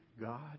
God